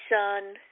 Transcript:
sun